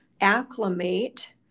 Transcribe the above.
acclimate